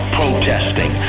protesting